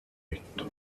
esto